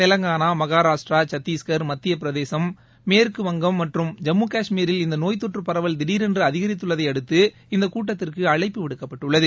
தெலங்கானா மனராஷ்டிரா சத்திஷ்கா் மத்தியபிரதேஷ் மேற்குவங்கம் மற்றும் ஜம்மு கஷ்மீரில் இந்தநோய் தொற்றபரவல் திடரென்றுஅதிகரித்துள்ளதைஅடுத்து இந்தகூட்டத்திற்குஅழைப்பு விடுக்கப்பட்டுள்ளது